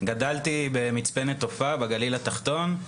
גדלתי במצפה נטופה בגליל התחתון,